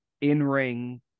in-ring